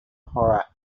horror